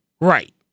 right